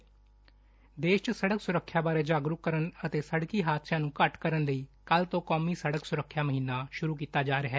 ਦੇਸ਼ 'ਚ ਸੜਕ ਸੁਰੱਖਿਆ ਬਾਰੇ ਜਾਗਰੂਕ ਕਰਨ ਅਤੇ ਸੜਕੀ ਹਾਦਸਿਆਂ ਨੂੰ ਘੱਟ ਕਰਨ ਲਈ ਕੱਲ੍ਹ ਤੋ' ਕੌਮੀ ਸੜਕ ਸੁਰੱਖਿਆ ਮਹੀਨਾ ਸੁਰੁ ਕੀਤਾ ਜਾ ਰਿਹੈ